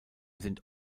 sind